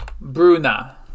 bruna